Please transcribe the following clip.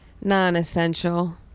non-essential